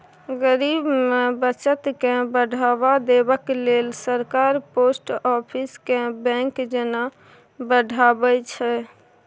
गरीब मे बचत केँ बढ़ावा देबाक लेल सरकार पोस्ट आफिस केँ बैंक जेना बढ़ाबै छै